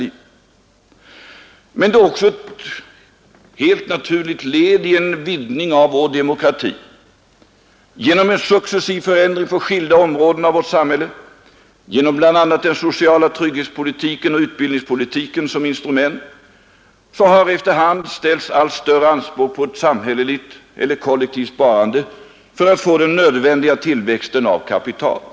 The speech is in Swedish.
Men det är också helt naturligt ett led i en vidgning av vår demokrati. Genom en successiv förändring på skilda områden av vårt samhälle, med bl.a. den sociala trygghetspolitiken och utbildningspolitiken som instrument, har efter hand ställts allt större anspråk på ett samhälleligt eller kollektivt sparande för att få den nödvändiga tillväxten av kapital.